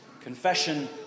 Confession